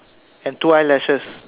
and two eyelashes